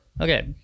Okay